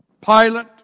Pilate